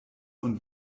und